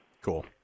Cool